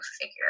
figure